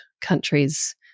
countries